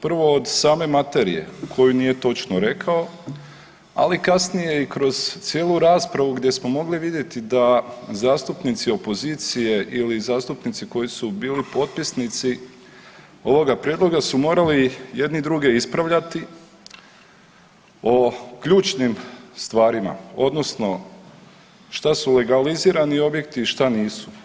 Prvo od same materije koju nije točno rekao, ali kasnije i kroz cijelu raspravu gdje smo mogli vidjeti da zastupnici opozicije ili zastupnici koji su bili potpisnici ovoga prijedloga su morali jedni druge ispravljati o ključnim stvarima odnosno što se legalizirani objekti a što nisu.